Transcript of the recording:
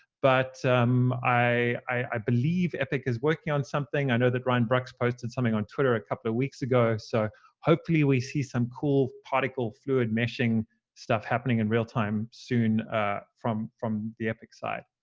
but i believe epic is working on something. i know that ryan brucks posted something on twitter a couple of weeks ago. so hopefully we see some cool particle fluid meshing stuff happening in real-time soon from from the epic side.